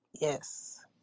Yes